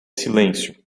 silêncio